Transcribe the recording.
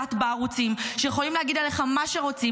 מוחלט בערוצים, שיכולים להגיד עליך מה שרוצים.